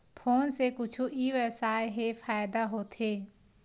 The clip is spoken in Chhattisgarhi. फोन से कुछु ई व्यवसाय हे फ़ायदा होथे?